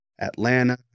Atlanta